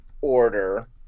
order